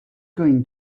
going